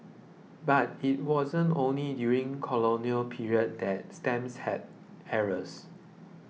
but it wasn't only during the colonial period that stamps had errors